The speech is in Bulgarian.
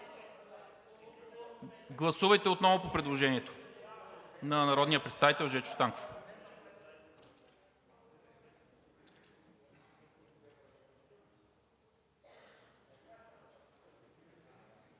Гласувайте отново по предложението на народния представител Жечо Станков.